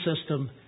system